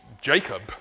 Jacob